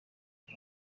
aho